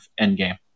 Endgame